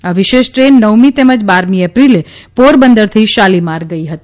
આ વિશેષ ટ્રેન નવમી તેમજ બારમી એપ્રિલે પોરબંદરથી શાલીમાર ગઇ હતી